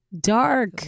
dark